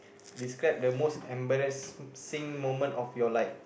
describe the most embarrassing moment of your life